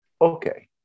okay